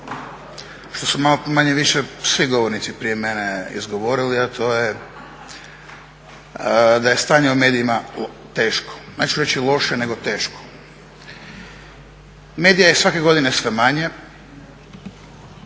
što su manje-više svi govornici prije mene izgovorili, a to je da je stanje u medijima teško, neću reći loše nego teško. Medija je svake godine sve manje,